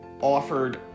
offered